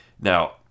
Now